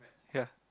ya